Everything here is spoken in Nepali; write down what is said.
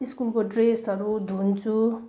स्कुलको ड्रेसहरू धुन्छु